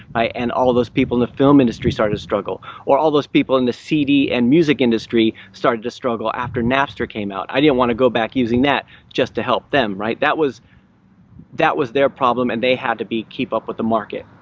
i and all those people in the film industry started to struggle or all those people in the cd and music industry started to struggle after napster came out. i didn't want to go back using that just to help them, that was that was their problem and they had to be keep up with the market.